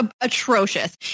atrocious